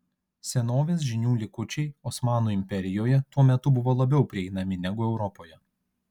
senovės žinių likučiai osmanų imperijoje tuo metu buvo labiau prieinami negu europoje